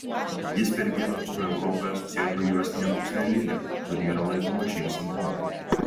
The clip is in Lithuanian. jis per vieną turą europoje susirgo juostine pūsleline kuri yra laikoma živ simptomu